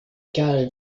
cage